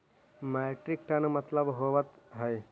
Metric ton मतलब का होव हइ?